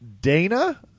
Dana